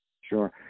Sure